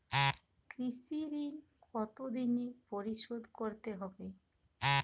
কৃষি ঋণ কতোদিনে পরিশোধ করতে হবে?